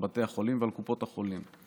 על בתי החולים ועל קופות החולים.